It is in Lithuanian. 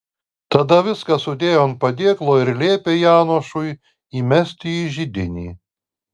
tada viską sudėjo ant padėklo ir liepė janošui įmesti į židinį